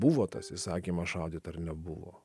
buvo tas įsakymas šaudyt ar nebuvo